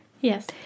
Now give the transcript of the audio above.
Yes